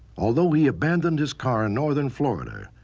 although he abandoned his car in northern florida,